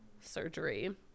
Surgery